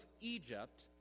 Egypt